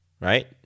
right